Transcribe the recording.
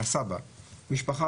עם הסבא - משפחה,